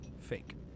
fake